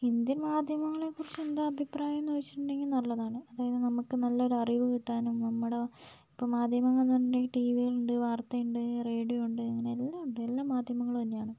Indian മാധ്യമങ്ങളെക്കുറിച്ച് എന്താ അഭിപ്രായമെന്ന് വെച്ചിട്ടുണ്ടെങ്കിൽ നല്ലതാണ് അതായത് നമുക്ക് നല്ലൊരു അറിവ് കിട്ടാനും നമ്മുടെ ഇപ്പം മാധ്യമമെന്ന് പറഞ്ഞിട്ടുണ്ടെങ്കിൽ ടീ വിയുണ്ട് വാർത്തയുണ്ട് റേഡിയോ ഉണ്ട് അങ്ങനെ എല്ലാം ഉണ്ട് എല്ലാം മാധ്യമങ്ങൾ തന്നെയാണ്